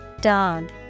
Dog